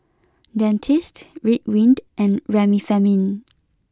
Dentiste Ridwind and Remifemin